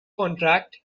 contract